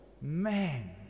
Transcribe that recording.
man